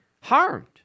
harmed